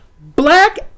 Black